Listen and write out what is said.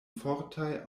fortaj